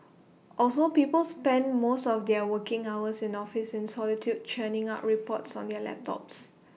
also people spend most of their working hours in office in solitude churning out reports on their laptops